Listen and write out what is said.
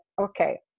okay